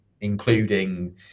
including